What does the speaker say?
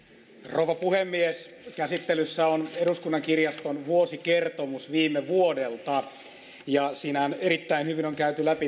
rouva puhemies käsittelyssä on eduskunnan kirjaston vuosikertomus viime vuodelta ja siinähän erittäin hyvin on käyty läpi